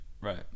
right